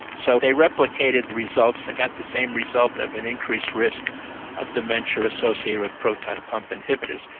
so they replicated results, they got the same result of an increased risk of dementia associated with proton pump inhibitors.